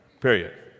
period